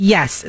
Yes